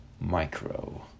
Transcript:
Micro